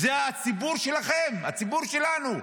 וזה הציבור שלכם, הציבור שלנו.